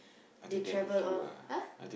they travel all !huh!